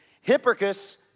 Hipparchus